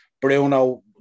Bruno